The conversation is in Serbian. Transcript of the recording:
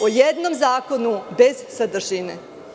O jednom zakonu bez sadržine.